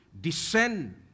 descend